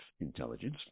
intelligence